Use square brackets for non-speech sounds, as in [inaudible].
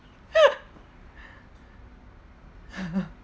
[laughs] [laughs]